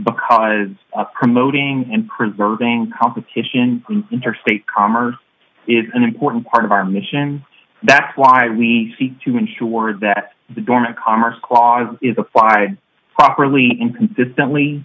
because of promoting and preserving competition interstate commerce is an important part of our mission that's why we seek to ensure that the bomb and commerce clause is applied properly and consistently